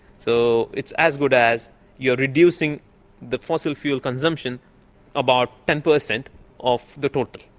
so it's as good as you are reducing the fossil fuel consumption about ten percent of the total.